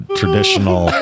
traditional